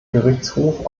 gerichtshof